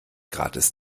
gratis